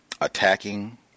attacking